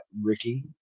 Ricky